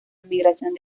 inmigración